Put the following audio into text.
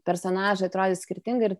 personažai atrodys skirtingai ir